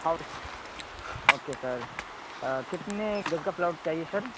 house okay sir کتنے گز کا پلاٹ چاہیے سر